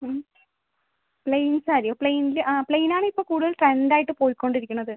plain സാരിയോ പ്ലെയിനിൽ ആ പ്ലെയിൻ ആണ് ഇപ്പം കൂടുതൽ ട്രെൻഡ് ആയിട്ട് പോയിക്കൊണ്ട് ഇരിക്കുന്നത്